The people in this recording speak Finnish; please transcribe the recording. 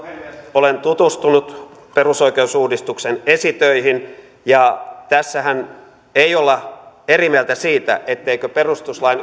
olen tutustunut perusoikeusuudistuksen esitöihin ja tässähän ei olla eri mieltä siitä etteikö perustuslain